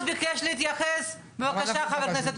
הדוח שהאוצר הגיש במידה מסוימת מבוסס על דוח אברמזון.